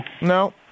No